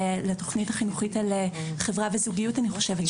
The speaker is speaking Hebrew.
לתכנית החינוכית על חברה וזוגיות אני חושבת,